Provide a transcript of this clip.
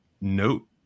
note